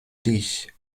dich